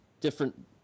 different